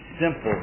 simple